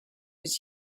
was